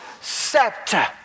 scepter